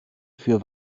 für